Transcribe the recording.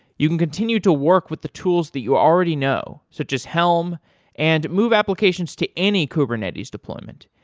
you can continue to work with the tools that you already know, such as helm and move applications to any kubernetes deployment.